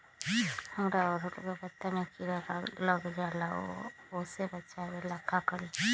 हमरा ओरहुल के पत्ता में किरा लग जाला वो से बचाबे ला का करी?